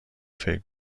فکر